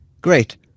Great